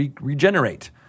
regenerate